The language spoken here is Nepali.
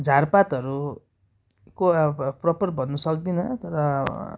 झारपातहरूको अब प्रपर भन्नु सक्दिनँ तर